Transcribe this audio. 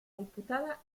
diputada